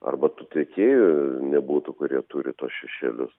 arba tų tiekėjų nebūtų kurie turi tuos šešėlius